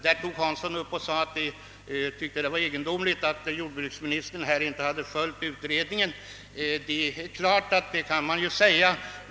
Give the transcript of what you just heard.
Herr Hansson i Skegrie tyckte det var egendomligt att jordbruksministern inte följt utredningen. Ja, det kan man ju säga.